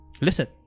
listen